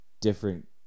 different